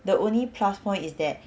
the only plus point is that